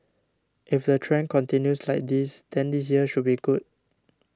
if the trend continues like this then this year should be good